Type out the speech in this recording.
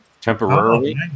Temporarily